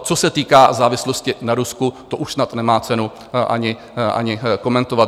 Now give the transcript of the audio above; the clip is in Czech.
Co se týká závislosti na Rusku, to už snad nemá cenu ani komentovat.